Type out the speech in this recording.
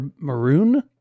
Maroon